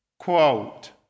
Quote